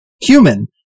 Human